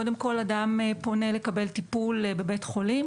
קודם כל אדם פונה לקבל טיפול בבית חולים,